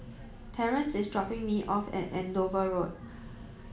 Terrence is dropping me off at Andover Road